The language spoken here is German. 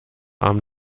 arm